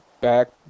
back